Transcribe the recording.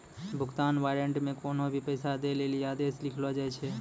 भुगतान वारन्ट मे कोन्हो भी पैसा दै लेली आदेश लिखलो जाय छै